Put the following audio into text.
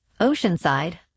Oceanside